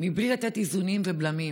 בלי לתת איזונים ובלמים.